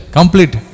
Complete